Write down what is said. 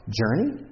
journey